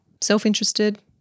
self-interested